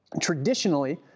Traditionally